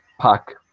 Pac